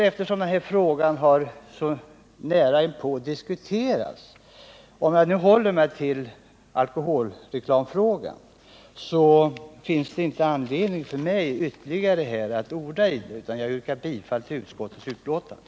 Eftersom alkoholreklamfrågan så nyligen har diskuterats, finns det inte anledning för mig att ytterligare orda om detta. Jag nöjer mig därför med att yrka bifall till utskottets hemställan.